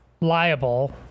liable